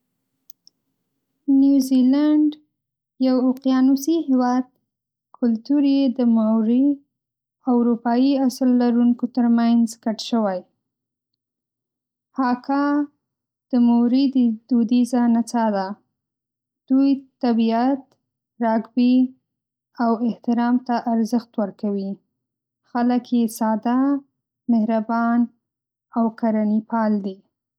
نیوزیلنډ یو اقیانوسي هېواد، کلتور یې د موری (Māori) او اروپایي اصل لرونکو ترمنځ ګډ شوی. "هاکا" د موری دودیزه نڅا ده. دوی طبیعت، راګبي، او احترام ته ارزښت ورکوي. خلک یې ساده، مهربان او کرهني‌پال دي.